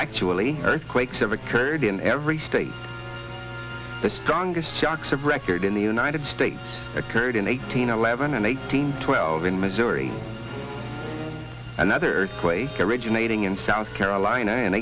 actually earthquakes have occurred in every state the strongest shocks of record in the united states occurred in eighteen eleven eighteen twelve in missouri another quake originating in south carolina and